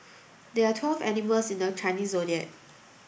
there are twelve animals in the Chinese Zodiac